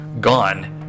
gone